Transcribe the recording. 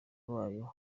wayo